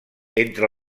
entre